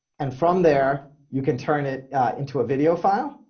and from there you can turn it into a video file,